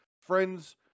friends